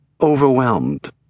overwhelmed